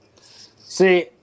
See